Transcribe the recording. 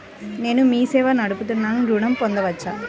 నేను మీ సేవా నడుపుతున్నాను ఋణం పొందవచ్చా?